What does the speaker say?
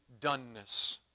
doneness